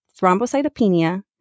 thrombocytopenia